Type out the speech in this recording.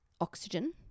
oxygen